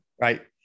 right